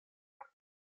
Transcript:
peseurt